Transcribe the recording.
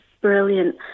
brilliant